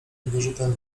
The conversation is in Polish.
wyrzutem